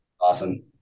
awesome